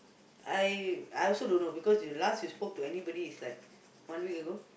I I also don't know because you last you spoke to anybody was like one week ago